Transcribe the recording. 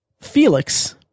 Felix